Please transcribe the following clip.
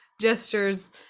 gestures